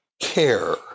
care